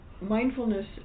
mindfulness